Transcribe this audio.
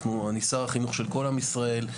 אני שר החינוך של כל עם ישראל,